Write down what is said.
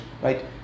right